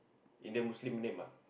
Indian Muslim name ah